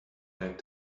back